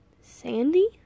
sandy